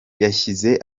yashyize